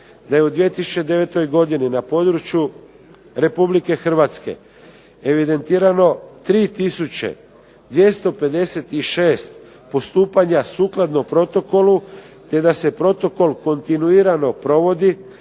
da je u 2009. godini na području Republike Hrvatske evidentirano 3 tisuće 256 postupanja sukladno protokolu, te da se protokol kontinuirano provodi